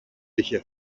είχε